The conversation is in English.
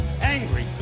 angry